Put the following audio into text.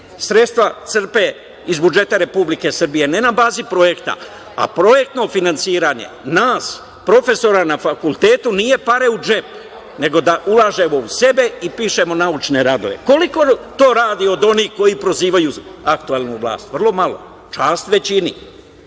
sredstva crpe iz budžeta Republike Srbije, ne na bazi projekta, a projektno finansiranje nas, profesora, na fakultetu nije pare u džep, nego da ulažemo u sebe i pišemo naučne radove. Koliko to radi od onih koji prozivaju aktuelnu vlast? Vrlo malo. Čast većini.